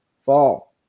fall